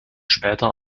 später